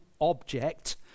object